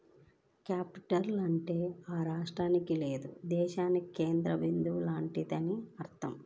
capital అంటే ఆ రాష్ట్రానికి లేదా దేశానికి కేంద్ర బిందువు లాంటిదని అర్థం